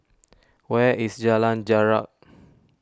where is Jalan Jarak